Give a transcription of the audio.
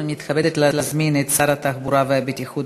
אני מתכבדת להזמין את שר התחבורה והבטיחות